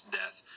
death